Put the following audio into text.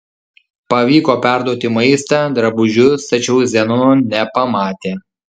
pavyko perduoti maistą drabužius tačiau zenono nepamatė